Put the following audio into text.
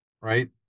right